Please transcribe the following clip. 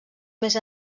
més